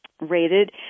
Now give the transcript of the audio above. rated